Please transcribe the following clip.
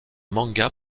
manga